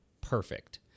perfect